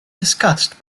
discussed